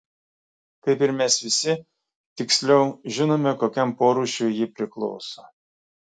kaip ir mes visi tiksliau žinome kokiam porūšiui ji priklauso